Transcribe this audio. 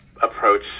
approach